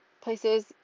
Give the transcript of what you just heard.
places